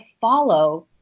follow